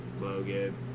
Logan